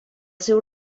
seu